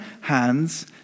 hands